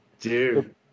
Dude